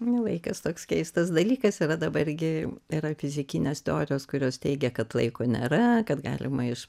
nu laikas toks keistas dalykas yra dabar gi yra fizikinės teorijos kurios teigia kad laiko nėra kad galima iš